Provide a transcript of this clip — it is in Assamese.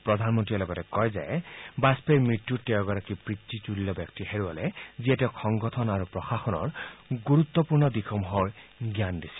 প্ৰধানমন্ত্ৰীয়ে লগতে কয় যে বাজপেয়ীৰ মৃত্যুত তেওঁ এগৰাকী পিতৃতুল্য ব্যক্তিক হেৰুৱালে যিয়ে তেওঁক সংগঠন আৰু প্ৰশাসনৰ গুৰুত্বপূৰ্ণ দিশসমূহৰ জ্ঞান দিছিল